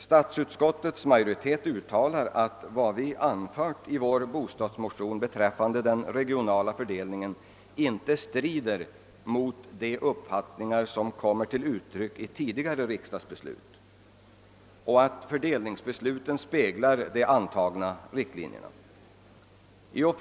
Statsutskottets majoritet uttalar att vad vi anfört i vår motion beträffande den regionala fördelningen inte strider mot de uppfattningar som kommit till uttryck i tidigare riksdagsbeslut och att fördelningsbesluten speglar de antagna riktlinjerna.